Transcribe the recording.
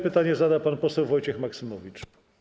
Pytanie zada poseł Wojciech Maksymowicz.